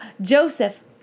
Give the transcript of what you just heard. Joseph